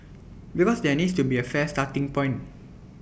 because there needs to be A fair starting point